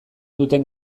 duten